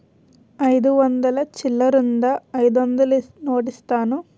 అయిదు వందలు చిల్లరుందా అయిదొందలు నోటిస్తాను?